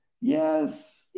Yes